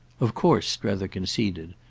of course, strether conceded,